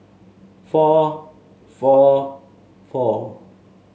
four four four